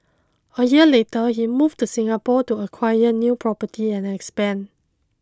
a year later he moved to Singapore to acquire new property and expand